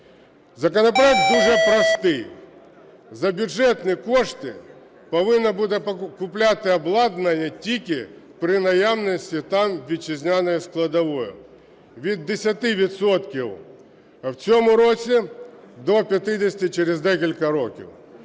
Законопроект дуже простий: за бюджетні кошти повинно буде купляти обладнання тільки при наявності там вітчизняної складової від 10 відсотків в цьому році до 50 через декілька років.